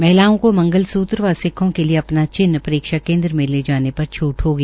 महिलाओं को मंगल सूत्र व सिक्खों के लिए अपना चिह्न परीक्षा केंद्र में ले जाने पर छ्ट होगी